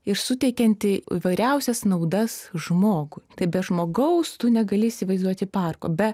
ir suteikianti įvairiausias naudas žmogui tai be žmogaus tu negali įsivaizduoti parko be